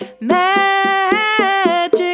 magic